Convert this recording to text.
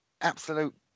absolute